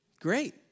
Great